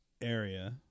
area